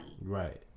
Right